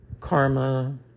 karma